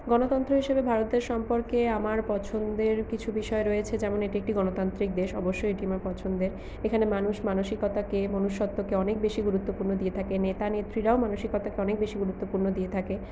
গণতন্ত্র হিসেবে ভারতের সম্পর্কে আমার পছন্দের কিছু বিষয় রয়েছে যেমন এটি একটি গণতান্ত্রিক দেশ অবশ্যই এটি আমার পছন্দের এখানে মানুষ মানসিকতাকে মনুষ্যত্বকে অনেক বেশি গুরুত্বপূর্ণ দিয়ে থাকে নেতা নেত্রীরাও মানসিকতাকে অনেক বেশি গুরুত্বপূর্ণ দিয়ে থাকে